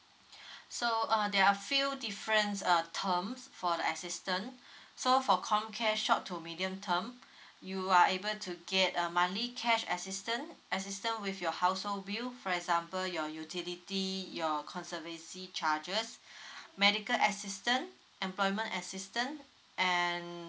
so uh there are a few different uh terms for the assistance so for comcare short to medium term you are able to get a monthly cash assistance assistance with your household bill for example your utility your conservancy charges medical assistance employment assistance and